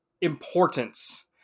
importance